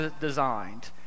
designed